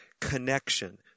connection